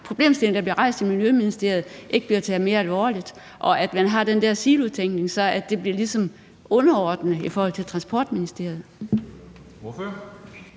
at problemstillingen, der bliver rejst i Miljøministeriet, ikke bliver taget mere alvorligt, og at man har den der silotænkning, så det ligesom bliver underordnet i forhold til Transportministeriet?